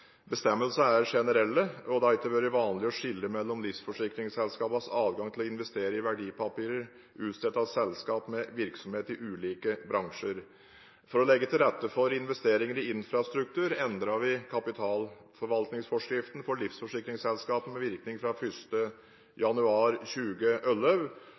er generelle, og det har ikke vært vanlig å skille mellom livsforsikringsselskapers adgang til å investere i verdipapirer utstedt av selskaper med virksomhet i ulike bransjer. For å legge til rette for investeringer i infrastruktur, endret vi kapitalforvaltningsforskriften for livsforsikringsselskaper med virkning fra